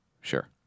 Sure